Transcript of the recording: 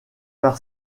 par